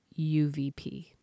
UVP